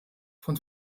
von